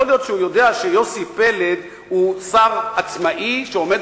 יכול להיות שהוא יודע שיוסי פלד הוא שר עצמאי שעומד